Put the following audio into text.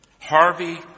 Harvey